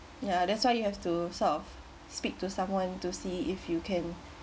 ya that's why you have to sort of speak to someone to see if you can